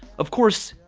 of course,